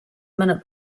minute